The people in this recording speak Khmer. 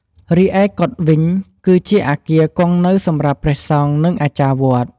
រីឯកុដិវិញ គឺជាអគារគង់នៅសម្រាប់ ព្រះសង្ឃ និង អាចារ្យវត្ត។